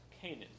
Canaan